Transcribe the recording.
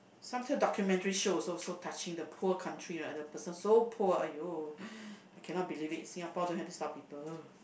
sometime documentary show also so touching the poor country right the person so poor !aiyo! I cannot believe it Singapore don't have this type of people